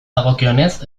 dagokionez